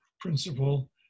principle